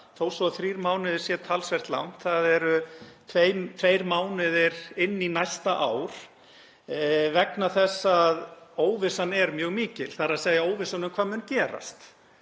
þó svo að þrír mánuðir sé talsvert langt, það eru tveir mánuðir inn í næsta ár, vegna þess að óvissan er mjög mikil, þ.e. óvissan um hvað muni gerast.